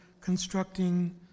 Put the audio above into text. constructing